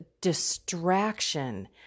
distraction